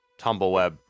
tumbleweb